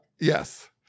Yes